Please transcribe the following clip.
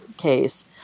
case